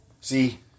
See